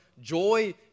joy